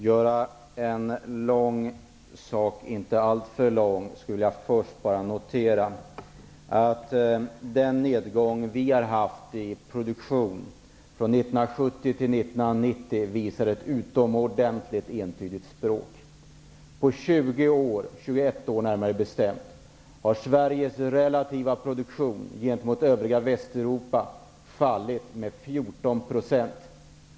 Herr talman! Jag vill först notera att nedgången i produktionen från 1970 till 1990 talar ett utomordentligt entydigt språk. På närmare bestämt 21 år har Sveriges relativa produktion gentemot övriga Västeuropa fallit med 14 %.